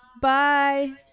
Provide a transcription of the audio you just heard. Bye